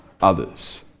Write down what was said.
others